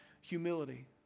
humility